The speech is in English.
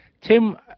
tim